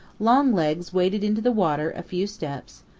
longlegs waded into the water a few steps,